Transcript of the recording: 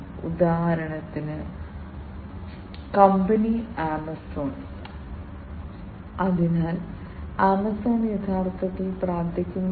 കൂടാതെ ഇതിന് ഔട്ട്പുട്ട് സിഗ്നലുമുണ്ട് അത് വായുവിൽ ഏകദേശം 0